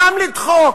גם לדחוק,